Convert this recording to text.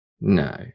No